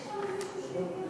יש שם מישהו שיושב שם